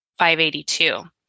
582